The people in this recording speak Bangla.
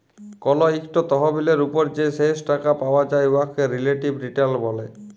কল ইকট তহবিলের উপর যে শেষ টাকা পাউয়া যায় উয়াকে রিলেটিভ রিটার্ল ব্যলে